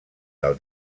del